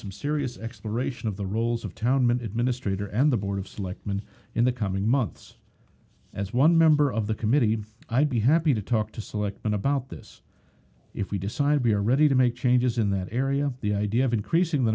some serious exploration of the roles of town meant administrator and the board of selectmen in the coming months as one member of the committee i'd be happy to talk to selectmen about this if we decide we are ready to make changes in that area the idea of increasing the